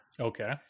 Okay